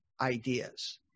ideas